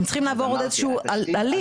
הם צריכים לעבור עוד איזשהו הליך.